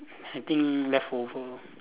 I think leftover